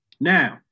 Now